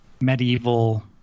medieval